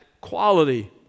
quality